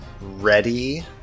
ready